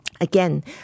Again